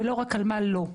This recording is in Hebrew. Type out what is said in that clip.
ולא רק על מה לא.